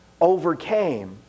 overcame